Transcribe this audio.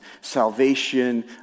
salvation